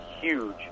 huge